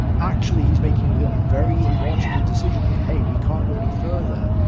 actually he's making a very logical decision here. hey, we can't go any further,